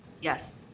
Yes